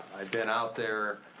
i've been out there,